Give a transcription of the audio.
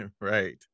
Right